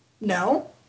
no